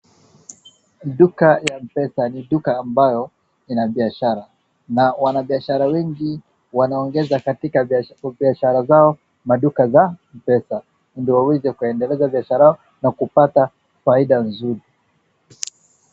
Duka ya mpesa ni duka ambayo ina biashara na wanabiashara wengi wanaongeza katika duka zao maduka za mpesa ndio waweze kuendelesha biashara zao na kupata faida nzuri.